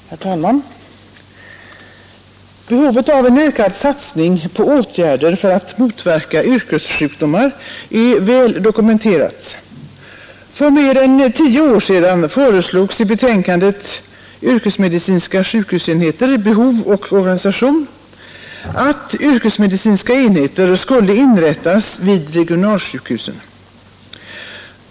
Herr talman! Behovet av en ökad satsning på åtgärder för att motverka yrkessjukdomar är väl dokumenterat. För mer än tio år sedan föreslogs i betänkandet ”Yrkesmedicinska sjukhusenheter, behov och organisation” att yrkesmedicinska enheter skulle inrättas vid regionsjukhusen.